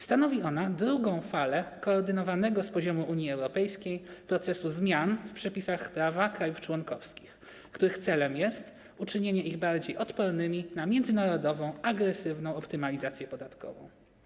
Stanowi ona drugą falę koordynowanego z poziomu Unii Europejskiej procesu zmian w przepisach prawa krajów członkowskich, których celem jest uczynienie ich bardziej odpornymi na międzynarodową agresywną optymalizację podatkową.